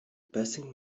passing